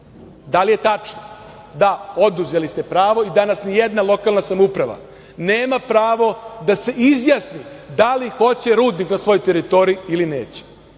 Da li je tačno da ste oduzeli pravo i danas ni jedna lokalna samouprava nema pravo da se izjasni da li hoće rudnik na svojoj teritoriji ili